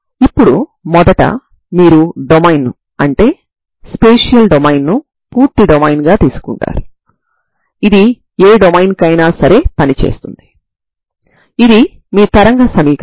మరియు వాటి యొక్క లీనియర్ కాంబినేషన్ కూడా పరిష్కారం అవుతుంది సరేనా